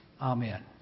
Amen